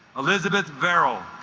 elizabeth barrel